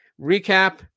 recap